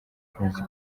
kwezi